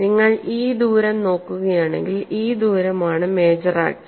നിങ്ങൾ ഈ ദൂരം നോക്കുകയാണെങ്കിൽ ഈ ദൂരമാണ് മേജർ ആക്സിസ്